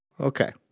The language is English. Okay